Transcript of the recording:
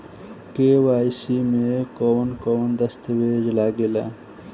KYC में कवन कवन दस्तावेज लागे ला?